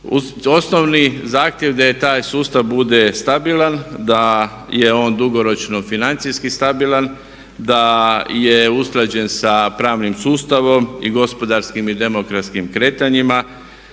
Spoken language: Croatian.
osnovni zahtjev da taj sustav bude stabilan, da je on dugoročno financijski stabilan, da je usklađen sa pravnim sustavom i gospodarskim i demografskim kretanjima.